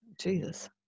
Jesus